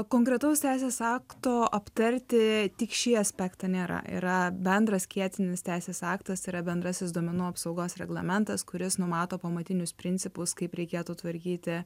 konkretaus teisės akto aptarti tik šį aspektą nėra yra bendras skėtinis teisės aktas yra bendrasis duomenų apsaugos reglamentas kuris numato pamatinius principus kaip reikėtų tvarkyti